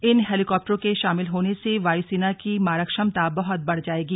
इन हेलीकॉप्टरों के शामिल होने से वायु सेना की मारक क्षमता बहुत बढ़ जाएगी